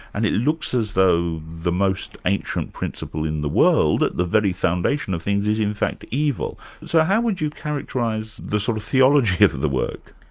and it looks as though the most ancient principle in the world, that the very foundation of things, is in fact evil. so how would you characterise the sort of theology of of the work?